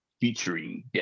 Featuring